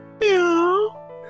Meow